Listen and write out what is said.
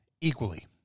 equally